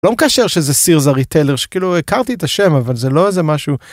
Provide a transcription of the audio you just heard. לא מקשר שזה סיר זה ריטלר שכאילו הכרתי את השם אבל זה לא איזה משהו.